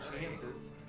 chances